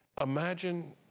imagine